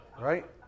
right